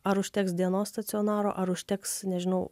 ar užteks dienos stacionaro ar užteks nežinau